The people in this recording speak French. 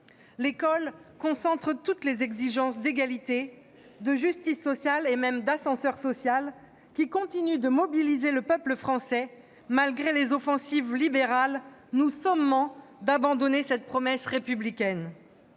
L'école concentre toutes les exigences d'égalité, de justice sociale et même d'ascenseur social, qui continuent de mobiliser le peuple français malgré les offensives libérales nous sommant d'abandonner cette promesse républicaine.